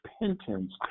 repentance